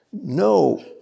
No